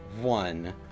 one